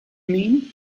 mean